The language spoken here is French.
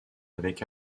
avec